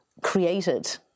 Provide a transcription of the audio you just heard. created